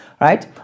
right